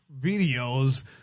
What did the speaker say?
videos